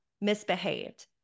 misbehaved